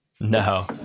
No